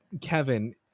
Kevin